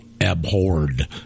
abhorred